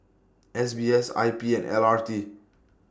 S B S I P and L R T